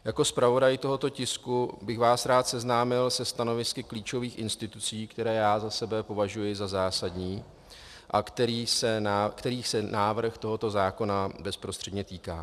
Jako zpravodaj tohoto tisku bych vás rád seznámil se stanovisky klíčových institucí, které za sebe považuji za zásadní a kterých se návrh tohoto zákona bezprostředně týká.